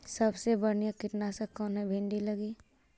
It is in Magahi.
सबसे बढ़िया कित्नासक कौन है भिन्डी लगी?